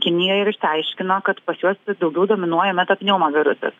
kinijoj ir išsiaiškino kad pas juos vis daugiau dominuoja metapneumovirusas